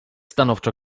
stanowczo